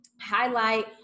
highlight